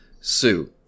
Sue